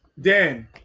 Dan